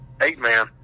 eight-man